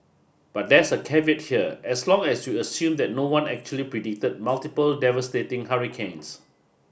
but there's a caveat here as long as we assume that no one actually predicted multiple devastating hurricanes